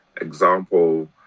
example